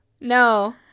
No